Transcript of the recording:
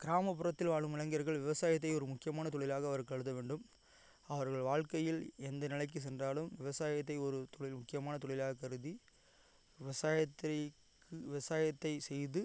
கிராமப்புறத்தில் வாழும் இளைஞர்கள் விவசாயத்தை ஒரு முக்கியமான தொழிலாக அவர் கருதவேண்டும் அவர்கள் வாழ்க்கையில் எந்த நிலைக்கு சென்றாலும் விவசாயத்தை ஒரு தொழில் முக்கியமான தொழிலாக கருதி விவசாயத்தை விவசாயத்தை செய்து